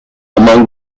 among